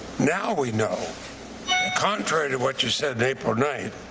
now we know contrary to what you said april ninth,